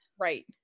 Right